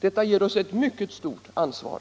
Detta ger oss ett mycket stort ansvar.